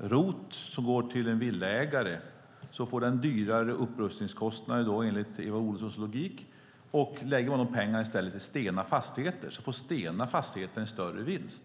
ROT, som går till villaägare, blir det dyrare upprustningskostnad enligt Eva Olofssons logik. Då lägger man de pengarna i stället på Stena Fastigheter. Då får Stena Fastigheter en större vinst.